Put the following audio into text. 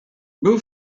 był